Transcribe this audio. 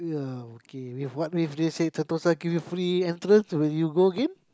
uh okay with what way if they say Sentosa give you free entrance will you go again